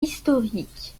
historique